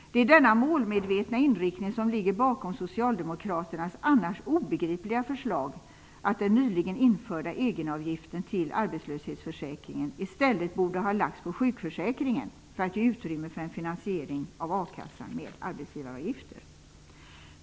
Det är denna målmedvetna inriktning som ligger bakom socialdemokraternas annars obegripliga förslag att den nyligen införda egenavgiften till arbetslöshetsförsäkringen i stället borde ha lagts på sjukförsäkringen för att ge utrymme för en finansiering av a-kassan med arbetsgivaravgifter.